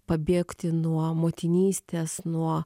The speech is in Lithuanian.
pabėgti nuo motinystės nuo